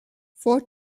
four